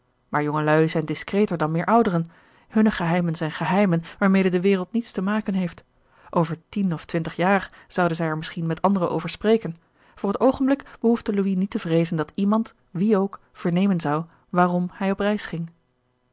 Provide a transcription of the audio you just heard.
maar jongelui zijn discreter dan meer ouderen hunne geheimen zijn geheimen waarmede de wereld niets te maken heeft over tien of twintig jaar zouden zij er misschien met anderen over spreken voor het oogenblik behoefde louis niet te vreezen dat iemand wie ook vernemen zou waarom hij op reis ging